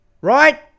right